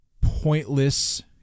pointless